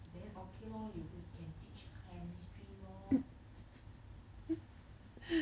then okay lor you go can teach chemistry lor